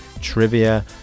trivia